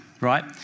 right